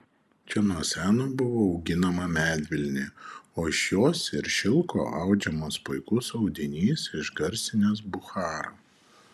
čia nuo seno buvo auginama medvilnė o iš jos ir šilko audžiamas puikus audinys išgarsinęs bucharą